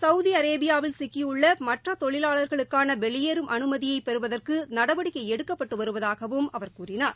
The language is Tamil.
சவுதி அரேபியாவில் சிக்கியுள்ள மற்ற தொழிலாளர்களுக்கான வெளியேறும் அனுமதியைப் பெறுவதற்கு நடவடிக்கை எடுக்கப்பட்டு வருவதாகவும் அவர் கூறினார்